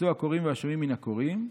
יצאו הקוראין והשומעים מן הקוראין,